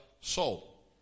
soul